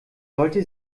sollte